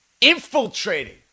infiltrating